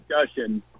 discussion